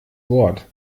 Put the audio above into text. wort